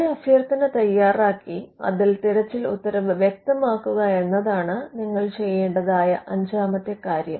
ഒരു അഭ്യർത്ഥന തയ്യാറാക്കി അതിൽ തിരച്ചിൽ ഉത്തരവ് വ്യക്തമാക്കുക എന്നതാണ് നിങ്ങൾ ചെയ്യേണ്ടതായ അഞ്ചാമത്തെ കാര്യം